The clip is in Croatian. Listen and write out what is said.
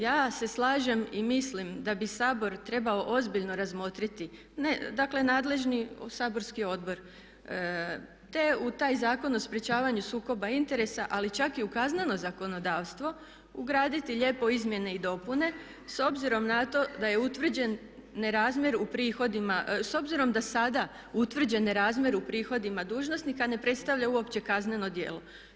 Ja se slažem i mislim da bi Sabor trebao ozbiljno razmotriti, dakle nadležni saborski odbor, te u taj Zakon o sprječavanju sukoba interesa ali čak i u kazneno zakonodavstvo ugraditi lijepo izmjene i dopune s obzirom na to da je utvrđen nesrazmjer u prihodima, s obzirom da sada utvrđen nesrazmjer u prihodima dužnosnika ne predstavlja uopće kazneno djelo.